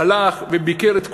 הלך וביקר את כולם,